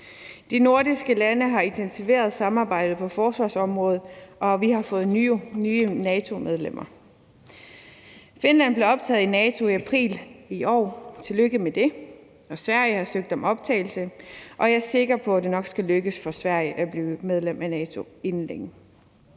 De nordiske lande har intensiveret samarbejdet på forsvarsområdet, og vi har fået nye NATO-medlemmer. Finland blev optaget i NATO i april i år – tillykke med det – og Sverige har søgt om optagelse, og jeg er sikker på, at det nok skal lykkes for Sverige at blive medlem af NATO inden længe.